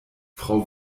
frau